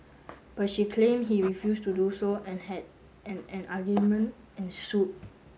but she claimed he refused to do so and had an an argument ensued